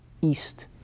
east